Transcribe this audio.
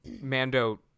Mando